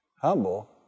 Humble